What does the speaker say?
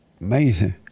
Amazing